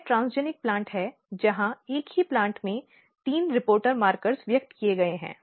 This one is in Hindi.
यह ट्रांसजेनिक प्लांट है जहां एक ही प्लांट में तीन रिपोर्टर मार्कर व्यक्त किए गए हैं